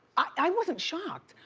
i wasn't shocked.